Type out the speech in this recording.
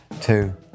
Two